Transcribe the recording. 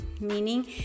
meaning